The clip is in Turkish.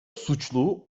suçlu